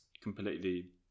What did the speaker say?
completely